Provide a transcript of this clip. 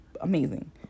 amazing